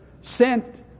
sent